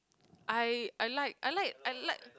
I I like I like I like